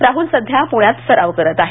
राहुल सध्या पुण्यात सराव करत आहे